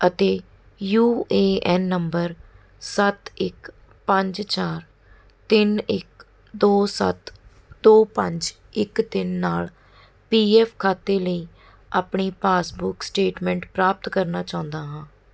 ਅਤੇ U A N ਨੰਬਰ ਸੱਤ ਇੱਕ ਪੰਜ ਚਾਰ ਤਿੰਨ ਇੱਕ ਦੋ ਸੱਤ ਦੋ ਪੰਜ ਇੱਕ ਤਿੰਨ ਨਾਲ ਪੀ ਐੱਫ ਖਾਤੇ ਲਈ ਆਪਣੀ ਪਾਸਬੁੱਕ ਸਟੇਟਮੈਂਟ ਪ੍ਰਾਪਤ ਕਰਨਾ ਚਾਹੁੰਦਾ ਹਾਂ